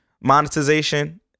monetization